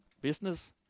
business